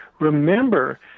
Remember